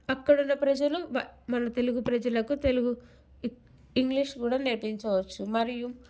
అక్కడున్న ప్రజలు వా మన తెలుగు ప్రజలకు తెలుగు ఇక్ ఇంగ్లీష్ గూడా నేర్పించవచ్చు మరియు